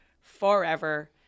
forever